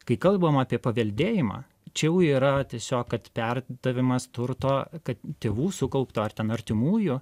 kai kalbama apie paveldėjimą čia jau yra tiesiog kad perdavimas turto kad tėvų sukaupto ar ten artimųjų